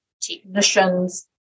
technicians